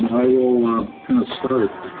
and i will kind of start.